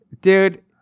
Dude